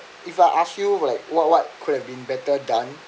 if I ask you like what what could have been better done